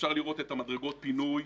אפשר לראות את מדרגות הפינוי.